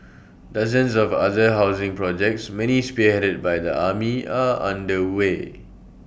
dozens of other housing projects many spearheaded by the army are underway